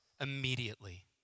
immediately